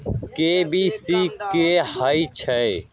KYC कि होई छई?